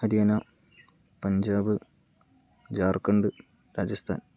Haryana Punjab Jharkhand Rajasthan